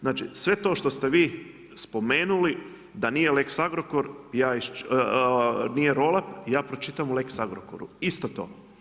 Znači sve to što ste vi spomenuli, da nije lex Agrokor, da nije roll up ja pročitam u lex Agrokoru, isto to.